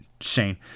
Shane